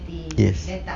ya